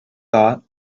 thought